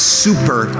super